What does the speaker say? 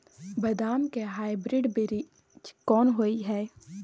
बदाम के हाइब्रिड बीज कोन होय है?